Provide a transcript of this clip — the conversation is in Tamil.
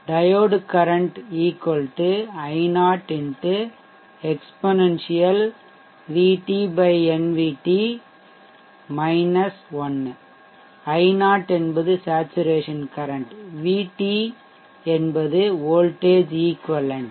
diode current I0 x exponential VTN vT 1 I0 saturation current VT voltage equivalent